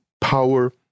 power